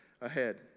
ahead